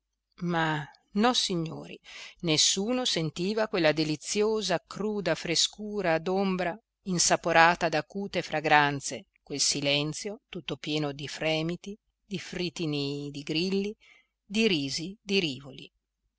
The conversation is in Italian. ma nossignori nessuno sentiva quella deliziosa cruda frescura d'ombra insaporata d'acute fragranze quel silenzio tutto pieno di fremiti di fritinii di grilli di risi di rivoli